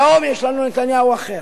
היום יש לנו נתניהו אחר,